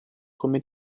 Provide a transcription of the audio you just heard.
come